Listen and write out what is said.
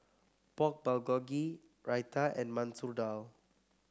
Pork Bulgogi Raita and Masoor Dal